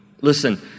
Listen